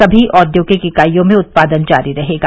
सभी औद्योगिक इकाईयों में उत्पादन जारी रहेगा